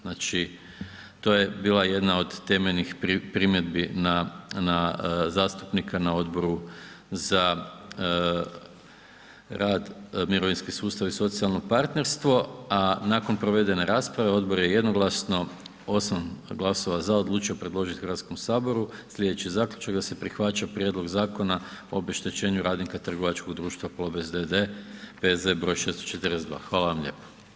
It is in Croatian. Znači, to je bila jedna od temeljenih primjedbi na zastupnika na Odboru za rad, mirovinski sustav i socijalno partnerstvo a nakon provedene rasprave, odbor je jednoglasno 8 glasova „za“, odlučio predložiti Hrvatskom saboru slijedeći zaključak, da se prihvaća Prijedlog Zakon o obeštećenju radnika trgovačkog društva Plobest d.d., P.Z. br. 642, hvala vam lijepa.